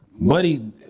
buddy